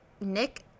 Nick